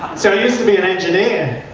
so used to be. an engineer.